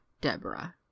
Deborah